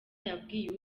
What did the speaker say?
yabwiye